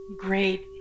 great